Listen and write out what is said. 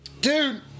Dude